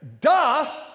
Duh